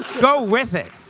go with it.